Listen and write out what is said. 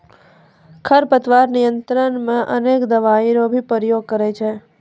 खरपतवार नियंत्रण मे अनेक दवाई रो भी प्रयोग करे छै